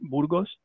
Burgos